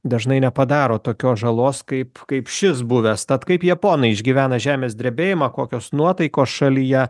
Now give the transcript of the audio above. dažnai nepadaro tokios žalos kaip kaip šis buvęs tad kaip japonai išgyvena žemės drebėjimą kokios nuotaikos šalyje